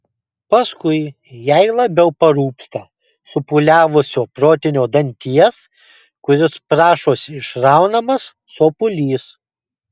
paskui jai labiau parūpsta supūliavusio protinio danties kuris prašosi išraunamas sopulys